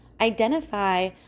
identify